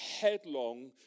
headlong